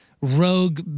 rogue